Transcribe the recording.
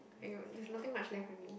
I know there's nothing much left only